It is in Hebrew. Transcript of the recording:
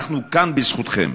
אנחנו כאן בזכותכן.